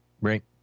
Right